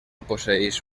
posseeix